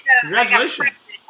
Congratulations